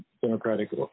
Democratic